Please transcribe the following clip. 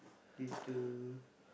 later